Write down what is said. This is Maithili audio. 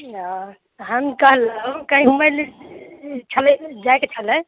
हँ हम कहलहुँ कहीँ घुमै लए छलै जाएकेँ छलै